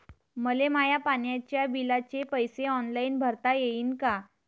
मले माया पाण्याच्या बिलाचे पैसे ऑनलाईन भरता येईन का?